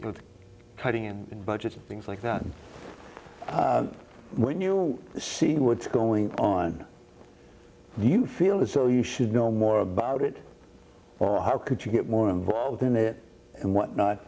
as cutting and budgets and things like that when you see what's going on you feel it so you should know more about it or how could you get more involved in it and what not